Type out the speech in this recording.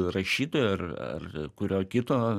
rašytojo ar ar kurio kito